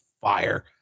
fire